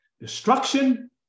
destruction